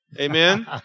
Amen